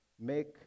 make